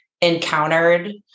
encountered